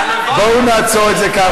בואו נעצור את זה כאן,